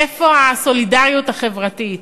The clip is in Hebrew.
איפה הסולידריות החברתית?